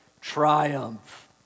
triumph